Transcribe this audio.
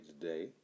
today